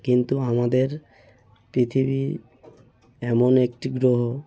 কিন্তু আমাদের পিথিবী এমন একটি গ্রহ